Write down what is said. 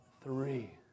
three